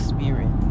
Spirit